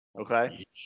okay